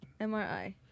MRI